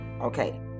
Okay